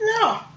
No